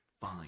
fine